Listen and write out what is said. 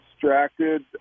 distracted